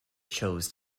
chose